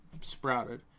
sprouted